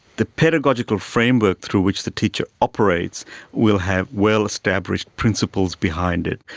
the pedagogical framework through which the teacher operates will have well-established principles behind it.